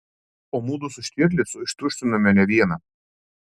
o mudu su štirlicu ištuštinome ne vieną